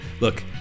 Look